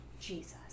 Jesus